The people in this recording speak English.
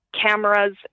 cameras